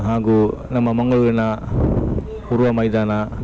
ಹಾಗೂ ನಮ್ಮ ಮಂಗಳೂರಿನ ಉರ್ವ ಮೈದಾನ